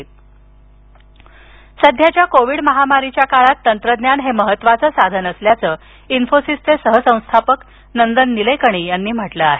निलेकणी सध्याच्या कोविड महामारीच्या काळात तंत्रज्ञान हे महत्त्वाचं साधन असल्याचं इंफोसिसचे सहसंस्थापक नंदन निलेकणी यांनी म्हटलं आहे